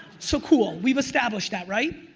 so cool, we've established that, right?